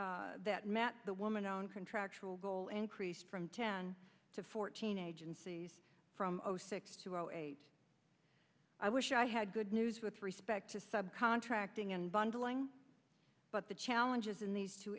met the woman and contractual goal increased from ten to fourteen agencies from zero six to zero eight i wish i had good news with respect to sub contracting and bundling but the challenges in these two